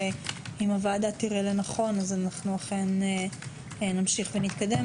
ואם הוועדה תראה לנכון אנחנו אכן נמשיך ונתקדם.